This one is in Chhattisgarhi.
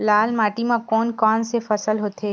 लाल माटी म कोन कौन से फसल होथे?